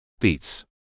beats